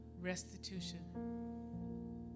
restitution